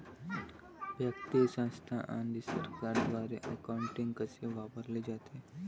व्यक्ती, संस्था आणि सरकारद्वारे अकाउंटिंग कसे वापरले जाते